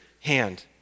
hand